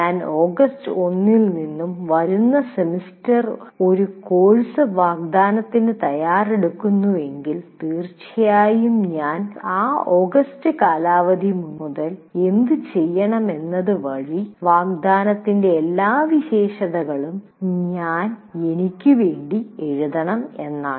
ഞാൻ ഓഗസ്റ്റ് 1 നിന്നും വരുന്ന സെമസ്റ്റർ ഒരു കോഴ്സ് വാഗ്ദാനത്തിന് തയ്യാറെടുക്കുന്നു എങ്കിൽ തീർച്ചയായും ഞാൻ ആ ഓഗസ്റ്റ് കാലാവധി മുതൽ എന്തു ചെയ്യണമെന്നത് വഴി വാഗ്ദാനത്തിന്റെ എല്ലാ വിശേഷതകളും ഞാൻ എനിക്കു വേണ്ടി എഴുതണം എന്നാണ്